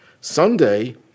Sunday